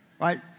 Right